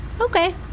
Okay